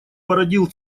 породил